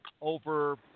over